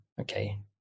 Okay